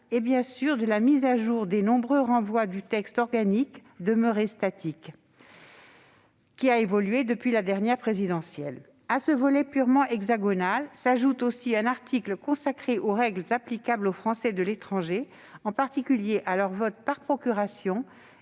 et, bien sûr, de la mise à jour des nombreux renvois du texte organique, demeuré statique, vers le code électoral, qui a évolué depuis la dernière présidentielle. À ce volet purement « hexagonal » s'ajoute un article consacré aux règles applicables aux Français de l'étranger, en particulier à leur vote par procuration